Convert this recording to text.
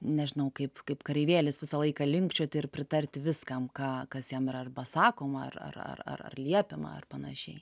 nežinau kaip kaip kareivėlis visą laiką linkčioti ir pritarti viskam ką kas jam yra arba sakoma ar ar ar ar ar liepiama ar panašiai